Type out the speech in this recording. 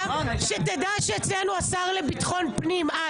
שתדע שאצלנו סגן השר לביטחון פנים דאז,